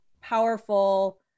powerful